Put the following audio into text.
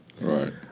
Right